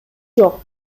жок